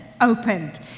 opened